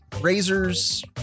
Razors